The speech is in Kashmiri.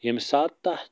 ییٚمہِ ساتہٕ تَتھ